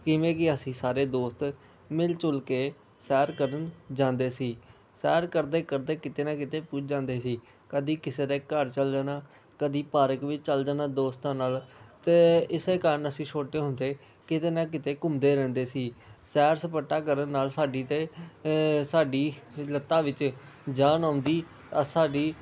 ਕਿਵੇਂ ਕਿ ਅਸੀਂ ਸਾਰੇ ਦੋਸਤ ਮਿਲ ਜੁਲ ਕੇ ਸੈਰ ਕਰਨ ਜਾਂਦੇ ਸੀ ਸੈਰ ਕਰਦੇ ਕਰਦੇ ਕਿਤੇ ਨਾ ਕਿਤੇ ਪੁੱਜ ਜਾਂਦੇ ਸੀ ਤਾਂ ਕਦੇ ਕਿਸੇ ਦੇ ਘਰ ਚਲੇ ਜਾਣਾ ਕਦੇ ਪਾਰਕ ਵੀ ਚਲੇ ਜਾਣਾ ਦੋਸਤਾਂ ਨਾਲ ਅਤੇ ਇਸੇ ਕਾਰਨ ਅਸੀਂ ਛੋਟੇ ਹੁੰਦੇ ਕਿਤੇ ਨਾ ਕਿਤੇ ਘੁੰਮਦੇ ਰਹਿੰਦੇ ਸੀ ਸੈਰ ਸਪਾਟਾ ਕਰਨ ਨਾਲ ਸਾਡੀ ਤਾਂ ਸਾਡੀ ਲੱਤਾਂ ਵਿੱਚ ਜਾਨ ਆਉਂਦੀ ਆ ਸਾਡੀ